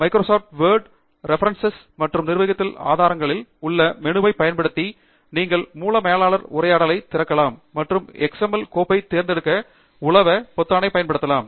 Microsoft Word reference மற்றும் நிர்வகித்தல் ஆதாரங்களில் உள்ள மெனுவைப் பயன்படுத்தி நீங்கள் மூல மேலாளர் உரையாடலைத் திறக்கலாம் மற்றும் எக்ஸ்எம்எல் கோப்பைத் தேர்ந்தெடுக்க உலவ பொத்தானைப் பயன்படுத்தலாம்